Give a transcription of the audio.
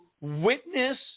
witness